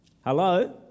Hello